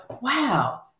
Wow